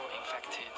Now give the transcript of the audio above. infected